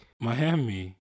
Miami